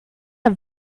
are